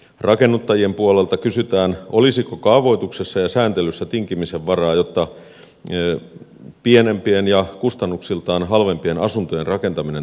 rakennuttajien puolelta kysytään olisiko kaavoituksessa ja sääntelyssä tinkimisen varaa jotta pienempien ja kustannuksiltaan halvempien asuntojen rakentaminen tulisi mahdolliseksi